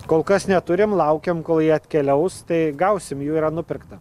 kol kas neturim laukiam kol jie atkeliaus tai gausim jų yra nupirkta